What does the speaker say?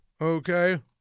okay